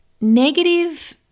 negative